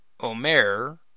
Omer